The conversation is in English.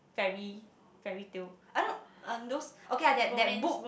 fairy~ fairytale I know uh those okay lah that that book